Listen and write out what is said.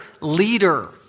leader